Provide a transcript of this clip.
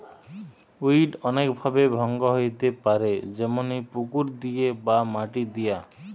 weed অনেক ভাবে ভঙ্গ হইতে পারে যেমনি পুকুর দিয়ে বা মাটি দিয়া